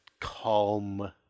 calm